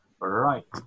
Right